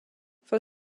for